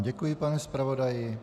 Děkuji vám, pane zpravodaji.